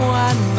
one